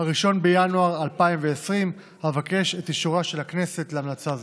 1 בינואר 2021. אבקש את אישורה של הכנסת להמלצה זו.